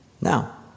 Now